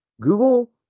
Google